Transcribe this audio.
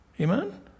Amen